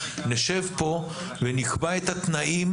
נשב פה ונקבע את התנאים